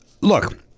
Look